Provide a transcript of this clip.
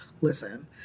listen